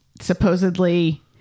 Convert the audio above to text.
supposedly